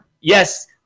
yes